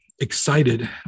excited